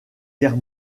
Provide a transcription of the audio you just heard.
guerre